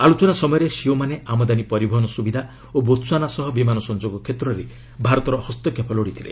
ଆଲୋଚନା ସମୟରେ ସିଇଓମାନେ ଆମଦାନୀ ପରିବହନ ସ୍ରବିଧା ଓ ବୋତ୍ସ୍ରଆନା ସହ ବିମାନ ସଂଯୋଗ କ୍ଷେତ୍ରରେ ଭାରତର ହସ୍ତକ୍ଷେପ ଲୋଡ଼ିଥିଲେ